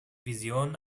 vision